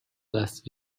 last